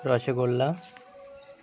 rasgulla